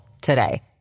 today